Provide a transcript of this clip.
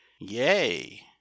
Yea